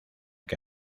que